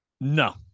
No